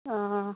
অঁ অঁ